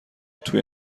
توی